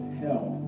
hell